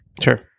Sure